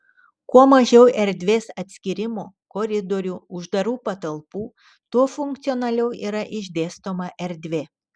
kuo mažiau erdvės atskyrimų koridorių uždarų patalpų tuo funkcionaliau yra išdėstoma erdvė